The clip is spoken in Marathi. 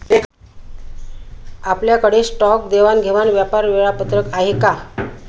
आपल्याकडे स्टॉक देवाणघेवाण व्यापार वेळापत्रक आहे का?